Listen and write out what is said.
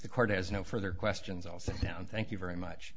the court has no further questions all sit down thank you very much